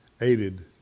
aided